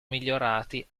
migliorati